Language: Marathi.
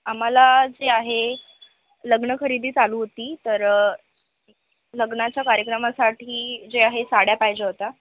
आम्हाला जे आहे लग्न खरेदी चालू होती तर लग्नाच्या कार्यक्रमासाठी जे आहे साड्या पाहिजे होत्या